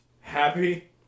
happy